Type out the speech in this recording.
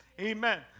Amen